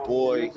boy